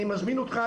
אני מזמין אותך,